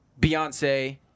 Beyonce